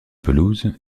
pelouse